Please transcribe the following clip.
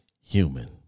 human